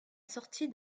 sortie